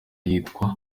yitwa